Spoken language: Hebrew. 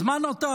אז מה נותר?